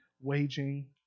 waging